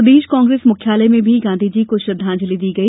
प्रदेश Congress मुख्यालय में भी गांधीजी को श्रद्वांजली दी गई